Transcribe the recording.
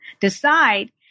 decide